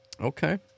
Okay